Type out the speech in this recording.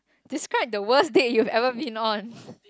describe the worst date you've ever been on